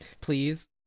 Please